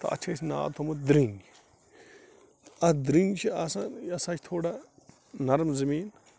تتھ چھُ اَسہِ ناو تھوٚمُت دٔرٛنٛگۍ اَتھ دٔرٛنٛگہِ چھِ آسان یہِ ہسا چھِ تھوڑا نرم زمیٖن